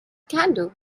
candle